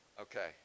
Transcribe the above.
okay